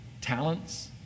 talents